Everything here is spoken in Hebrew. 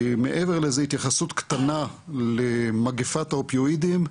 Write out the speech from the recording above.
מעבר לזה, התייחסות קטנה למגפת האופיואידים,